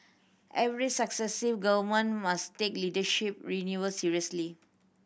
every successive Government must take leadership renewal seriously